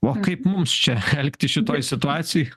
o kaip mus čia elgtis šitoj situacijoj